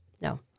No